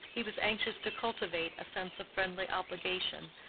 he was anxious to cultivate a sense of friendly obligation,